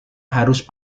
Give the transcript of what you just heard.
harus